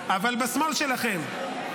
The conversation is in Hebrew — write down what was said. -- אבל בשמאל שלכם.